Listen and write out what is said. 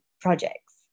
projects